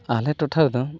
ᱟᱞᱮ ᱴᱚᱴᱷᱟ ᱨᱮᱫᱚ